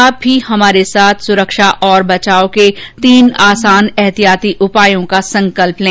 आप भी हमारे साथ सुरक्षा और बचाव के तीन आसान एहतियाती उपायों का संकल्प लें